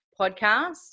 podcast